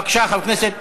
בבקשה, חבר הכנסת,